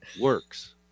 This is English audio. works